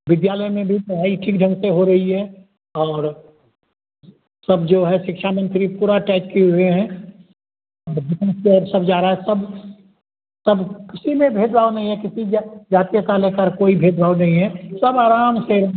विद्यालय में भी पढ़ाई ठीक ढंग से हो रही है और सब जो है शिक्षा मंत्री पूरा टाइट किए हुए हैं सब जा रहा है सब सब किसी में भेदभाव नहीं है किसी ज जीति के अनुसार कोई भेदभाव नहीं है सब आराम से